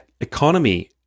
economy